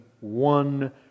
one